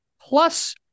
plus